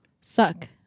Suck